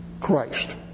Christ